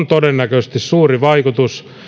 todennäköisesti suuri vaikutus